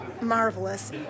marvelous